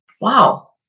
wow